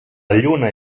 lluna